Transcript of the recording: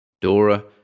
Dora